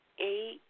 eight